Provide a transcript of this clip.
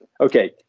Okay